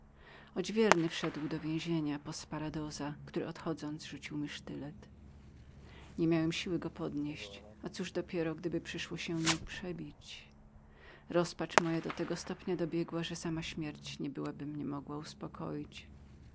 odźwierny wszedł do więzienia po sporadoza który odchodząc rzucił mi sztylet nie miałem siły podnieść go a cóż dopiero gdyby przyszło nim się przebić rozpacz moja do tego stopnia dobiegła że sama śmierć nie byłaby mogła jej uspokoić